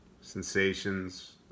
Sensations